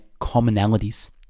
commonalities